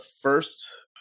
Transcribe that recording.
first